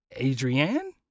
adrienne